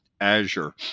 Azure